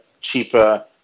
cheaper